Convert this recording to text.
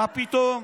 מה פתאום,